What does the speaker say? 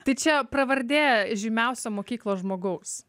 tai čia pravardė žymiausio mokyklos žmogaus